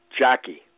Jackie